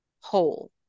whole